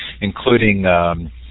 including